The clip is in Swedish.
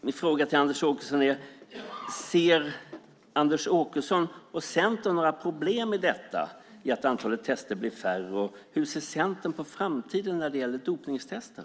Min fråga till Anders Åkesson är: Ser Anders Åkesson och Centern några problem med att antalet tester blir färre? Hur ser Centern på framtiden när det gäller dopningstester?